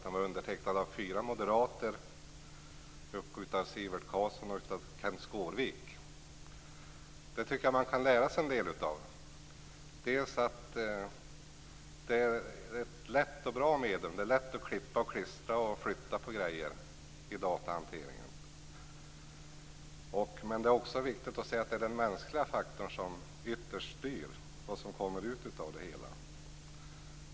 Den var undertecknad av fyra moderater, Sivert Carlsson och Kenth Skårvik. Detta tycker jag att man kan lära sig en del av. Först och främst kan man se att datorn är ett lätt och bra medium. Det är lätt att klippa och klistra och flytta på grejer i datahanteringen. Men det är också viktigt att se att det ytterst är den mänskliga faktorn som styr vad som kommer ut av det hela.